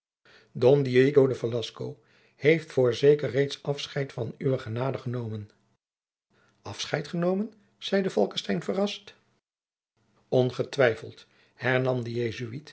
heeft voorzeker reeds afscheid van uwe genade genomen afscheid genomen zeide falckestein verrast ongetwijfeld hernam de